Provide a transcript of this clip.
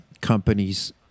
companies